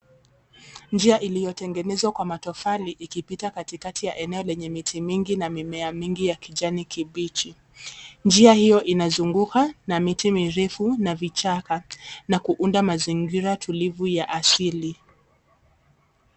Njia iliyotengenezwa kwa matofali ikipita katikati ya eneo lenye miti mingi na mimea mingi ya kijani kibichi. Njia hiyo inazungukwa na miti mirefu na vichaka na kuunda mazingira tulivu ya asili.